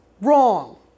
wrong